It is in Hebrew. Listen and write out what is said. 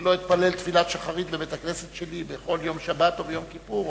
שלא אתפלל תפילת שחרית בבית-הכנסת שלי בכל יום שבת או ביום כיפור,